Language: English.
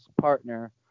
partner